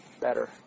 better